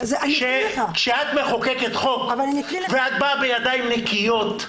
כשאת מחוקקת חוק ואת באה בידיים נקיות,